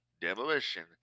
demolition